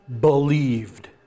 believed